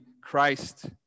Christ